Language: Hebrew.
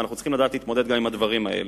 ואנחנו צריכים לדעת להתמודד גם עם הדברים האלה.